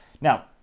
Now